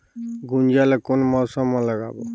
गुनजा ला कोन मौसम मा लगाबो?